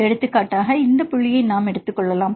எடுத்துக்காட்டாக இந்த புள்ளியை நாம் எடுத்துக் கொள்ளலாம்